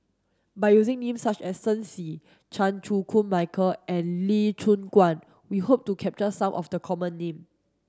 by using names such as Shen Xi Chan Chew Koon Michael and Lee Choon Guan we hope to capture some of the common names